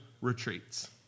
retreats